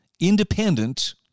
independent